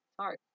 sorry